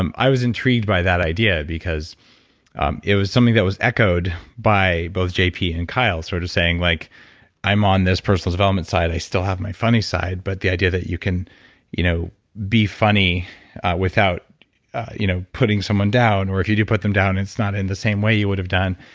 i was intrigued by that idea because it was something that was echoed by both j p. and kyle sort of saying like i'm on this personal development side, i still have my funny side, but the idea that you can you know be funny without you know putting someone down or if you do put them down it's not in the same way you would've done.